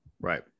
right